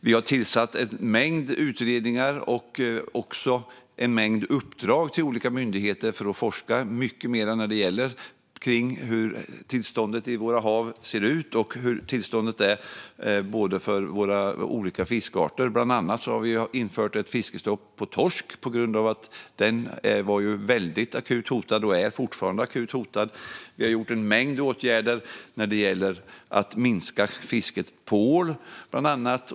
Vi har tillsatt en mängd utredningar och gett en mängd uppdrag till olika myndigheter för att forska mycket mer när det gäller tillståndet i våra hav och tillståndet för våra olika fiskarter. Bland annat har vi infört ett fiskestopp på torsk på grund av att den var väldigt akut hotad, och den är fortfarande akut hotad. Vi har vidtagit en mängd åtgärder när det gäller att minska fisket på ål, bland annat.